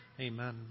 Amen